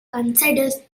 considers